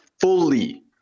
fully